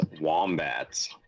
wombats